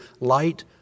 Light